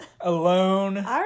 alone